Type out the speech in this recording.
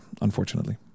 unfortunately